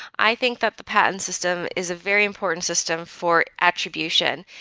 i think that the patent system is a very important system for attribution,